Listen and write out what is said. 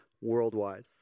worldwide